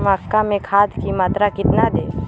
मक्का में खाद की मात्रा कितना दे?